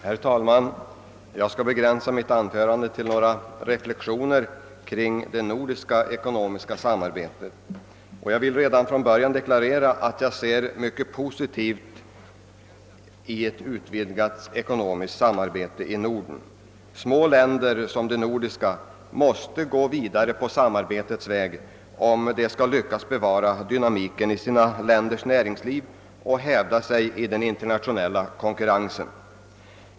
Herr talman! Jag skall begränsa mitt anförande till några reflexioner kring frågan om det nordiska ekonomiska samarbetet. Jag vill redan från början deklarera, att jag ser mycket positivt på ett utvidgat ekonomiskt samarbete i Norden. Små länder som de nordiska måste gå vidare på samarbetets väg om de skall lyckas bevara dynamiken i sitt näringsliv och hävda sig i den internationella konkurrensen.